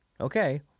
Okay